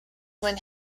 when